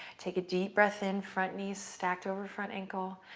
take a deep breath in. front knee's stacked over front ankle.